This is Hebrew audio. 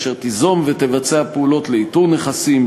אשר תיזום ותבצע פעולות לאיתור נכסים,